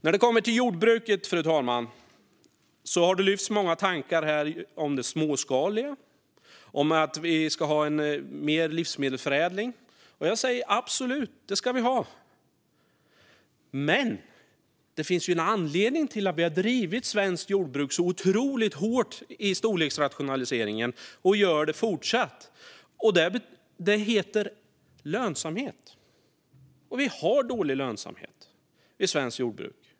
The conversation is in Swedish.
När det kommer till jordbruket, fru talman, har det lyfts många tankar om det småskaliga och om att vi ska ha mer livsmedelsförädling. Jag säger: Absolut, det ska vi ha. Men det finns en anledning till att vi har drivit svenskt jordbruk otroligt hårt i fråga om storleksrationalisering och att vi fortsätter att göra det. Det heter lönsamhet, och vi har tyvärr dålig lönsamhet i svenskt jordbruk.